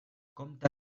compta